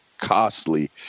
costly